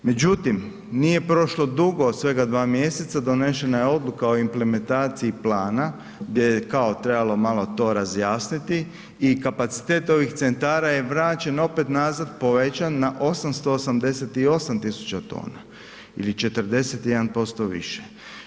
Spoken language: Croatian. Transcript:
Međutim, nije prošlo dugo, svega 2 mj., donesena je odluka o implementaciji plana gdje je kao trebalo malo to razjasniti i kapacitet ovih centara je vraćen opet nazad, povećan na 888 000 tona ili 41% više.